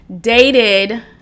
dated